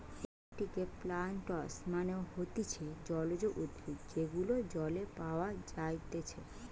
একুয়াটিকে প্লান্টস মানে হতিছে জলজ উদ্ভিদ যেগুলো জলে পাওয়া যাইতেছে